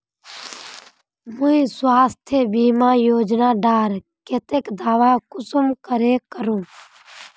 मुई स्वास्थ्य बीमा योजना डार केते दावा कुंसम करे करूम?